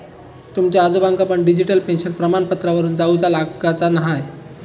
तुमच्या आजोबांका पण डिजिटल पेन्शन प्रमाणपत्रावरून जाउचा लागाचा न्हाय